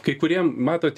kai kurie matot